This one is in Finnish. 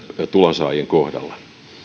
tulonsaajien kohdalla